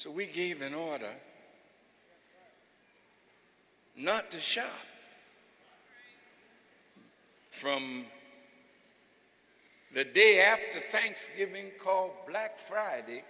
so we gave in order not to share from the day after thanksgiving called black friday